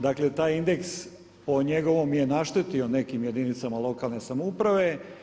Dakle taj indeks o njegovom je naštetio nekim jedinicama lokalne samouprave.